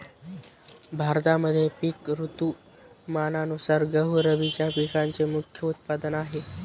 भारतामध्ये पिक ऋतुमानानुसार गहू रब्बीच्या पिकांचे मुख्य उत्पादन आहे